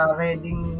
reading